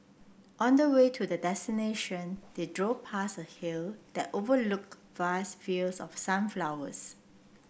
on the way to their destination they drove past a hill that overlooked vast fields of sunflowers